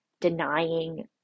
denying